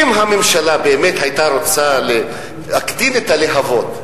אם הממשלה באמת היתה רוצה להקטין את הלהבות,